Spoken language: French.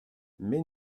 mais